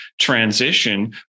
transition